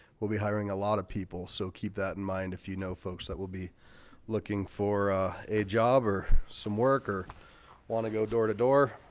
we'll be hiring a lot of people so keep that in mind if you know folks that will be looking for a job or some work or want to go door-to-door